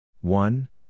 One